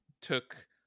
took